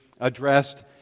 addressed